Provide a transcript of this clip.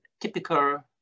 typical